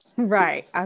right